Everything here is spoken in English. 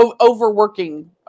Overworking